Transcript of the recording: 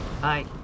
Hi